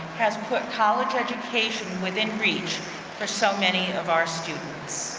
has put college education within reach for so many of our students.